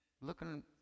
looking